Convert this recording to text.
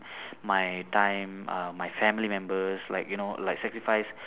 my time uh my family members like you know like sacrifice